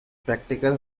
practical